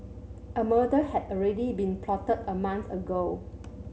a murder had already been plotted a month ago